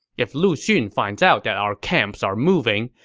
if lu xun finds out that our camps are moving,